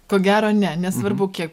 ko gero ne nesvarbu kiek